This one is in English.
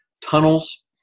tunnels